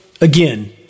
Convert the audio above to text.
again